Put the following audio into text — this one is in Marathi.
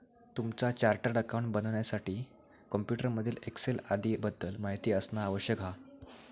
तुमका चार्टर्ड अकाउंटंट बनण्यासाठी कॉम्प्युटर मधील एक्सेल आदीं बद्दल माहिती असना आवश्यक हा